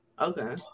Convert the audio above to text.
Okay